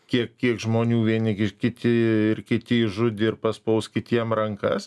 kiek kiek žmonių vieni gi kiti ir kiti išžudė ir paspaus kitiem rankas